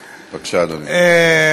בבקשה, אדוני.